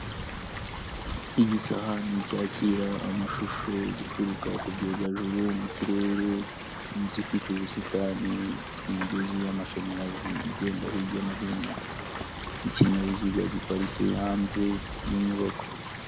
Igisahani cyakira amashusho guturuka ku byogajuru mu kirere, inzu ifite ubusitani, imigozi y'amashanyarazi igenda hirya no hino, ikinyabiziga giparitse hanze y'inyubako.